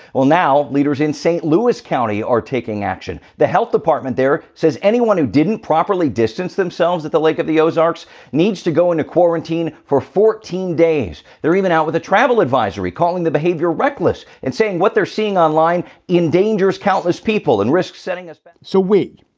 well, now leaders in st. louis county are taking action. the health department there says anyone who didn't properly distance themselves at the lake of the ozarks needs to go into quarantine for fourteen days. they're even out with a travel advisory calling the behavior reckless and saying what they're seeing online endangers countless people and risks setting us but so we,